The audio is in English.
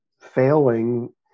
failing